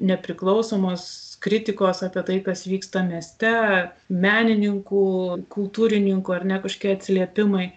nepriklausomos kritikos apie tai kas vyksta mieste menininkų kultūrininkų ar ne kažkokie atsiliepimai